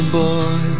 boy